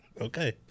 Okay